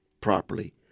properly